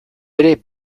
ere